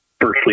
Firstly